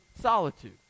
solitude